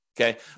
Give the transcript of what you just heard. Okay